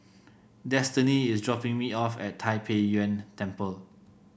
Destiney is dropping me off at Tai Pei Yuen Temple